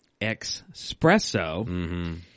espresso